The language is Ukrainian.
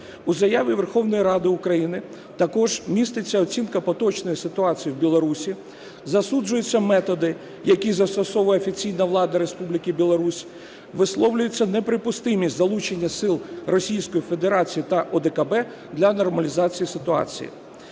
У Заяві Верховної Ради України також міститься оцінка поточної ситуації в Білорусі, засуджуються методи, які застосовує офіційна влада Республіки Білорусь, висловлюється неприпустимість залучення сил Російської Федерації та ОДКБ для нормалізації ситуації,